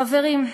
חברים,